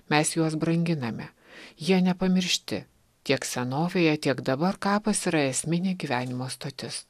mes juos branginame jie nepamiršti tiek senovėje tiek dabar kapas yra esminė gyvenimo stotis